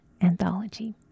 anthology